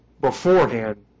beforehand